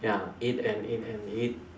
ya eat and eat and eat